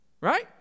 Right